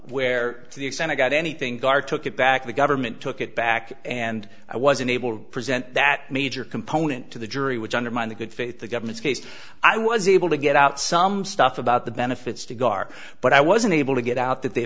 where to the extent i got anything gar took it back the government took it back and i was unable present that major component to the jury which undermined the good faith the government's case i was able to get out some stuff about the benefits to gar but i wasn't able to get out that they